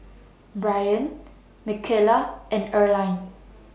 Brien Michaela and Earline